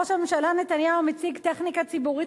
ראש הממשלה נתניהו מציג טכניקה ציבורית